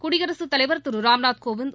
குடியரசுத் தலைவர் திரு ராம்நாத் கோவிந்த்